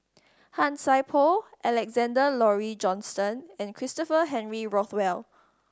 Han Sai Por Alexander Laurie Johnston and Christopher Henry Rothwell